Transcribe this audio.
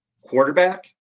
quarterback